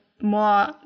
more